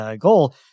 goal